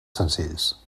senzills